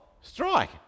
strike